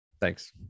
Thanks